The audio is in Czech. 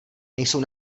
nejsou